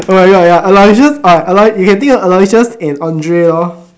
oh my god ya Aloysius uh Aloy~ you can think of Aloysius and Andre lor